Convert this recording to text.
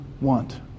want